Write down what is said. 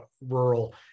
rural